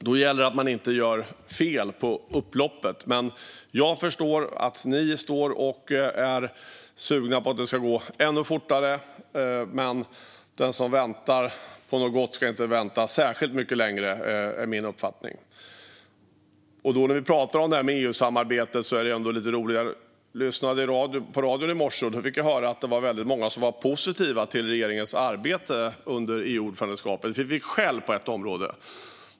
Då gäller det att man inte gör fel på upploppet. Men jag förstår att ni står och är sugna på att det ska gå ännu fortare. Men den som väntar på något gott ska inte vänta särskilt mycket längre. Det är min uppfattning. När vi pratar om EU-samarbete kan jag säga att jag lyssnade på radion i morse och då fick höra att det är väldigt många som är positiva till regeringens arbete under EU-ordförandeskapet. Vi fick skäll på ett område.